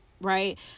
right